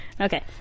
Okay